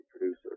producer